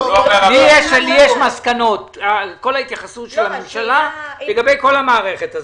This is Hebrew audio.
כל ההתייחסות של הממשלה לגבי כל המערכת.